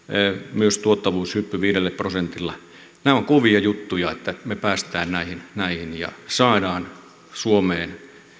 myös tuottavuushyppy viidellä prosentilla nämä ovat kovia juttuja että me pääsemme näihin näihin ja saamme suomeen